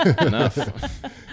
Enough